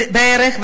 בערך,